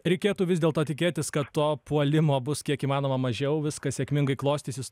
reikėtų vis dėlto tikėtis kad to puolimo bus kiek įmanoma mažiau viskas sėkmingai klostysis